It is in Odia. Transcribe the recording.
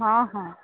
ହଁ ହଁ